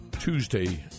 Tuesday